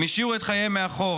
הם השאירו את חייהם מאחור,